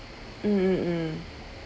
mm mm mm